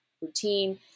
routine